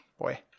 boy